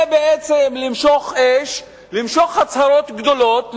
זה בעצם למשוך אש, למשוך הצהרות גדולות.